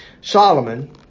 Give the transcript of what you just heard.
Solomon